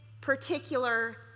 particular